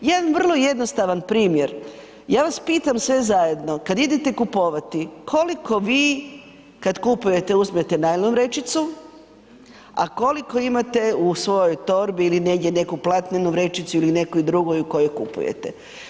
Jedan vrlo jednostavan primjer, ja vas pitam sve zajedno kada idete kupovati koliko vi kada kupujete uzmete najlon vrećicu, a koliko imate u svojoj torbi negdje neku platnenu vrećicu ili neku drugu u kojoj kupujete?